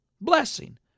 Blessing